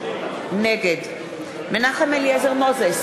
נגד מנחם אליעזר מוזס,